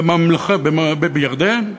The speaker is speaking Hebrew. בירדן?